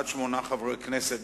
עד שמונה חברי הכנסת.